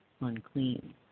unclean